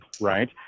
right